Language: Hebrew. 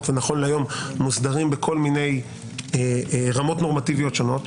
ונכון להיום מוסדרים בכל מיני רמות נורמטיביות שונות,